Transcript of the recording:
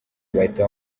bahita